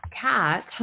cat